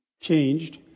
changed